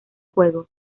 juego